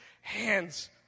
hands